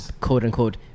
quote-unquote